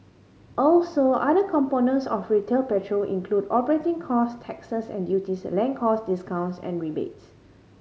also other components of retail petrol include operating cost taxes and duties land cost discounts and rebates